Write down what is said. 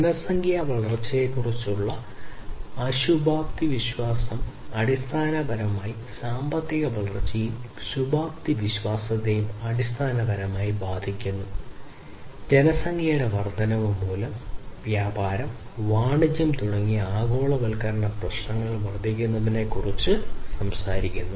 ജനസംഖ്യാ വളർച്ചയെക്കുറിച്ചുള്ള അശുഭാപ്തിവിശ്വാസം അടിസ്ഥാനപരമായി ബാധിക്കുന്നു ജനസംഖ്യയുടെ വർദ്ധനവ് മൂലം വ്യാപാരം വാണിജ്യം തുടങ്ങിയ ആഗോളവൽക്കരണ പ്രശ്നങ്ങൾ വർദ്ധിക്കുന്നതിനെക്കുറിച്ച് സംസാരിക്കുന്നു